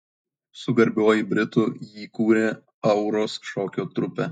su garbiuoju britu jį kūrė auros šokio trupę